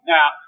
Now